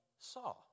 saw